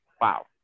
wow